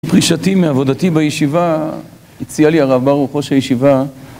פרישתי מעבודתי בישיבה, הציע לי הרב ברוך ראש הישיבה